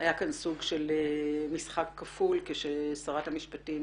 שהיה כאן סוג של משחק כפול כאשר שרת המשפטים,